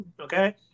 okay